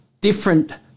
different